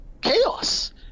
chaos